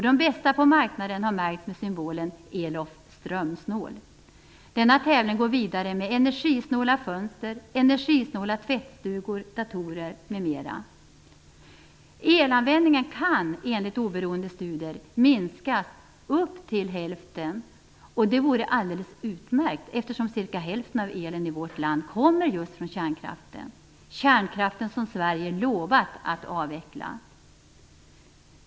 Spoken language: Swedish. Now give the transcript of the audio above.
De bästa på marknaden har märkts med symbolen ELOFF Elanvändningen kan, enligt oberoende studier, minskas upp till hälften. Det vore alldeles utmärkt, eftersom cirka hälften av elen i vårt land kommer just från kärnkraften, som Sverige lovat avveckla.